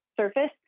surface